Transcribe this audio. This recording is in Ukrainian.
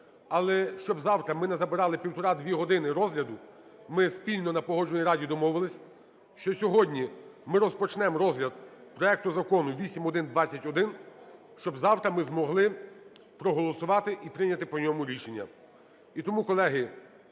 Але щоб завтра ми не забирали півтори-дві години розгляду, ми спільно на Погоджувальній раді домовились, що сьогодні ми розпочнемо розгляд проект Закону 8121, щоб завтра ми змогли проголосувати і прийняти по ньому рішення.